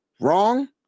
wrong